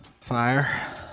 fire